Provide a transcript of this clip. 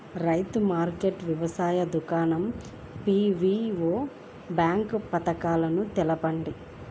రైతుల మార్కెట్లు, వ్యవసాయ దుకాణాలు, పీ.వీ.ఓ బాక్స్ పథకాలు తెలుపండి?